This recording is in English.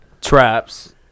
Traps